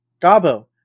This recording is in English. Gabo